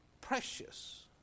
precious